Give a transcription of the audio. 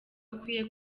akwiye